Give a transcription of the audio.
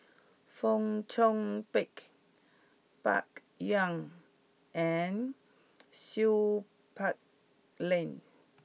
Fong Chong Pik Bai Yan and Seow Peck Leng